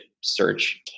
search